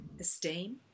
esteem